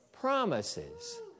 promises